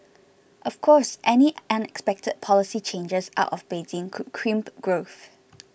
of course any unexpected policy changes out of Beijing could crimp growth